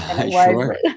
Sure